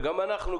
וגם אנחנו,